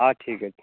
ହଁ ଠିକ ଅଛି